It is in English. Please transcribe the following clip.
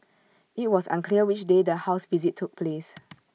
IT was unclear which day the house visit took place